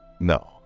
no